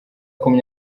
uyu